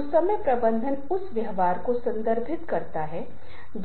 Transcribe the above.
तो वह पुरुष आबादी इस तरह के रंग की तरह अधिमानतः हो सकती है जबकि